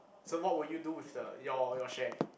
so what will you do with the your your share